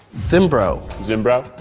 zimbro. zimbro?